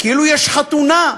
אדוני היושב-ראש,